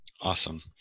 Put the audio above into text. Awesome